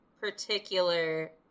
particular